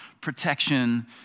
protection